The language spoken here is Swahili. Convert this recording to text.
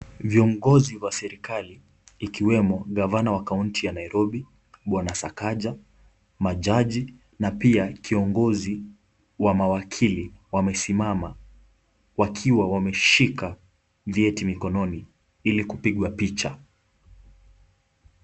Viongozi wa serikali ikiwemo gavana wa kaunti ya Nairobi bwana Sakaja, majaji na pia kiongozi wa mawakili wamesimama wakiwa wameshika vyeti mikononi ili kupigwa picha.